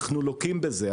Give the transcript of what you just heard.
אנחנו לוקים בזה.